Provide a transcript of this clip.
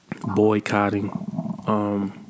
boycotting